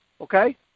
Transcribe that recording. okay